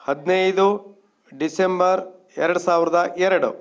ಹದಿನೈದು ಡಿಸೆಂಬರ್ ಎರಡು ಸಾವಿರದ ಎರಡು